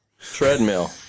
Treadmill